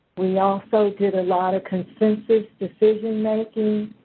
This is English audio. we also did a lot of consensus decision making,